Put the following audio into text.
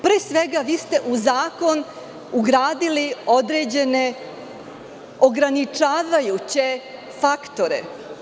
Pre svega, vi ste u zakon ugradili određene ograničavajuće faktore.